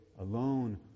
alone